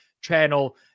channel